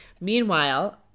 Meanwhile